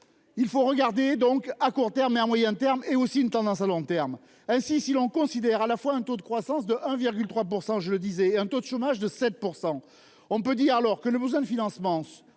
Il faut regarder donc à court terme mais à moyen terme et aussi une tendance à long terme. Ainsi, si l'on considère à la fois un taux de croissance de 1,3%, je le disais, un taux de chômage de 7%. On peut dire, alors que le besoin de financement